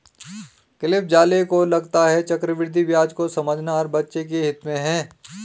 Cliff Zale को लगता है चक्रवृद्धि ब्याज को समझना हर बच्चे के हित में है